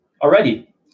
Already